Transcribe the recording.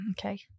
Okay